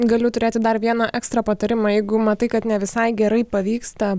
galiu turėti dar vieną ekstra patarimą jeigu matai kad ne visai gerai pavyksta